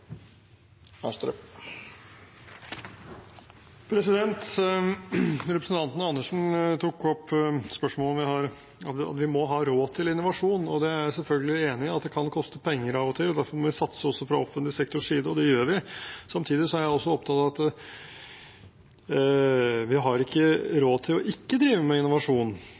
Representanten Andersen tok opp at vi må ha råd til innovasjon, og det er jeg selvfølgelig enig i, at det kan koste penger av og til. Derfor må vi satse også fra offentlig sektors side, og det gjør vi. Samtidig er jeg opptatt av at vi ikke har råd til ikke å drive med innovasjon. Det er på en måte min inngang til dette. Og det er ikke nødvendigvis slik at innovasjon